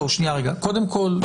קודם כל,